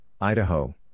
Idaho